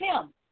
Tim